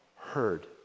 heard